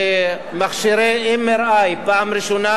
ממכשירי MRI פעם ראשונה,